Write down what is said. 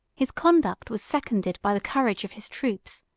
his conduct was seconded by the courage of his troops,